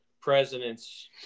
presidents